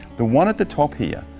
the one at the top here,